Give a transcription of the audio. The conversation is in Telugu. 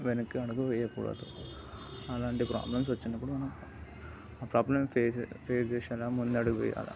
వెనక్కి అడుగు వెయ్యకూడదు అలాంటి ప్రాబ్లమ్స్ వచ్చినప్పుడు ఆ ప్రాబ్లెమ్ ఫేస్ ఫేస్ చేసేలా ముందు అడుగు వెయ్యాలా